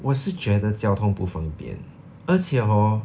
我是觉得交通不方便而且 hor